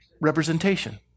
representation